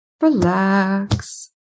Relax